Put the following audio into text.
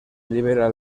libera